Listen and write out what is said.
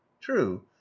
true